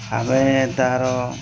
ଆମେ ତା'ର